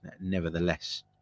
nevertheless